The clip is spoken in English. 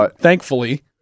Thankfully